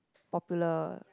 popular